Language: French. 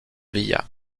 villa